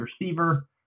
receiver